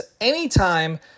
anytime